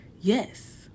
Yes